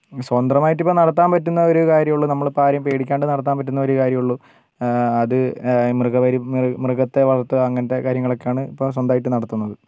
സ്വാതന്ത്രമായിട്ടിപ്പം നടത്താൻ പറ്റുന്ന ഒരു കാര്യമെയുള്ളൂ നമ്മളിപ്പം ആരേം പേടിക്കാണ്ടു നടത്താൻ പറ്റുന്ന ഒരു കാര്യമെയുള്ളൂ അത് മൃഗ പരിപാലനം മൃ മൃഗത്തെ വളർത്തുക അങ്ങനത്തെ കാര്യങ്ങളൊക്കെയാണ് ഇപ്പം സ്വന്തമായിട്ട് നടത്തുന്നത്